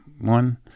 one